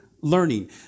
learning